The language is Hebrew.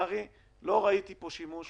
לא ראיתי שימוש